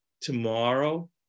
tomorrow